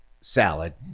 salad